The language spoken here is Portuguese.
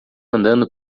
andando